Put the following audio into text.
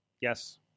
Yes